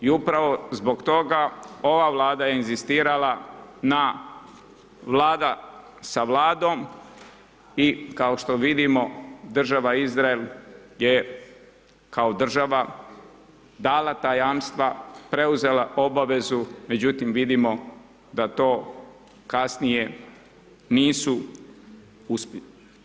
I upravo zbog toga ova Vlada je inzistirala na vlada sa vladom i kao što vidimo država Izrael je kao država dala ta jamstva, preuzela obavezu međutim vidimo da to kasnije nisu uspjeli.